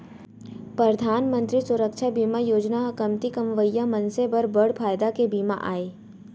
परधान मंतरी सुरक्छा बीमा योजना ह कमती कमवइया मनसे बर बड़ फायदा के बीमा आय